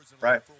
Right